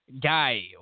guy